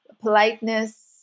politeness